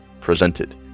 presented